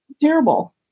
Terrible